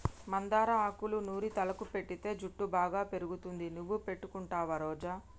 మందార ఆకులూ నూరి తలకు పెటితే జుట్టు బాగా పెరుగుతుంది నువ్వు పెట్టుకుంటావా రోజా